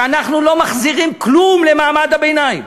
כשאנחנו לא מחזירים כלום למעמד הביניים,